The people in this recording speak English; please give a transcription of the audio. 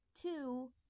two